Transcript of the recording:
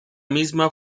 misma